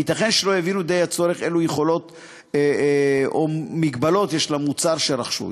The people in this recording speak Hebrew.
וייתכן שלא הבינו די הצורך אילו יכולות או מגבלות יש למוצר שרכשו.